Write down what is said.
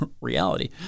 reality